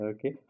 Okay